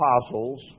apostles